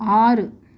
ஆறு